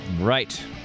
Right